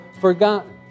forgotten